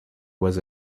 was